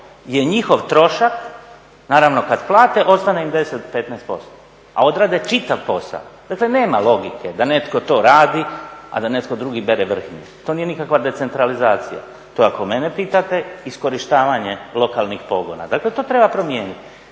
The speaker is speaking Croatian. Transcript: je njihov trošak, naravno kad plate, ostane im 10, 15% a odrade čitav posao. Dakle, nema logike da netko to radi a da netko drugi bere vrhnje. To nije nikakva decentralizacija. To je ako mene pitate iskorištavanje lokalnih pogona. Dakle, to treba promijeniti.